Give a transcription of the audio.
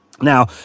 now